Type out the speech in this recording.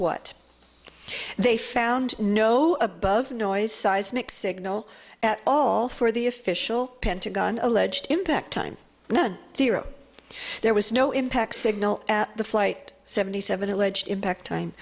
what they found no above noise seismic signal at all for the official pentagon alleged impact time zero there was no impact signal at the flight seventy seven alleged impact time